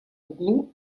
углу